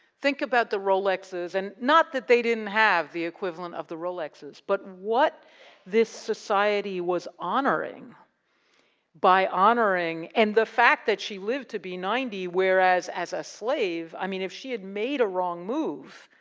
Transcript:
think about the rolexes, and not that they didn't have the equivalent of the rolexes, but what this society was honoring by honoring, and the fact that she lived to be ninety, whereas as a slave, i mean if she had made a wrong move.